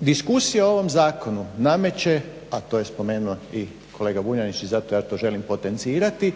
Diskusija o ovom Zakonu nameče a to je spomenuo i kolega Vuljanić i zato ja to želim potencirati